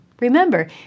Remember